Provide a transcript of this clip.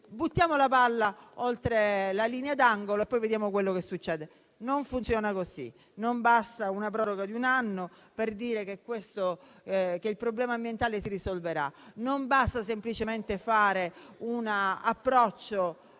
buttiamo la palla oltre la linea d'angolo e poi vediamo quello che accade. Non funziona così. Non basta una proroga di un anno per dire che il problema ambientale si risolverà. Non basta semplicemente un approccio